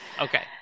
Okay